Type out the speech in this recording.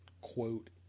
quote